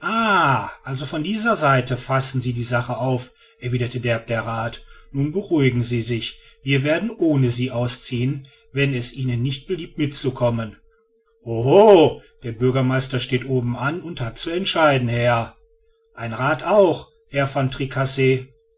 also von dieser seite fassen sie die sache auf erwiderte derb der rath nun beruhigen sie sich wir werden ohne sie ausziehen wenn es ihnen nicht beliebt mitzukommen oho der bürgermeister steht oben an und hat zu entscheiden herr ein rath auch herr van tricasse